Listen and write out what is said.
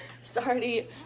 sorry